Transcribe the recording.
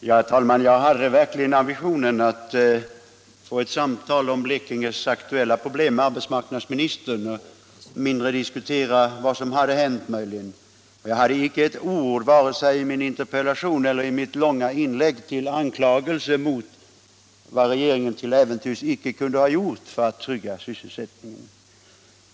Herr talman! Jag hade verkligen ambitionen att få ett samtal om Blekinges aktuella problem med arbetsmarknadsministern, inte så mycket att diskutera händelser som inträffat. Jag hade icke ett ord vare sig i min interpellation eller i mitt långa inlägg till anklagelse mot vad regeringen till äventyrs underlåtit att göra för att trygga sysselsättningen.